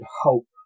hope